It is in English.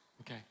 Okay